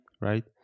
right